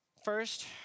First